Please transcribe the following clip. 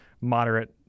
moderate